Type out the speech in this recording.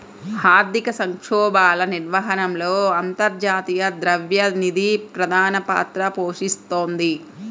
ఆర్థిక సంక్షోభాల నిర్వహణలో అంతర్జాతీయ ద్రవ్య నిధి ప్రధాన పాత్ర పోషిస్తోంది